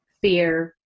fear